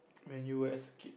and you will escape